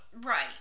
Right